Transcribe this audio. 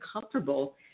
comfortable